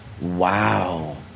Wow